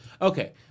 Okay